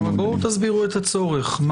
אבל תסבירו את הצורך.